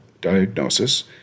diagnosis